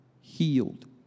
healed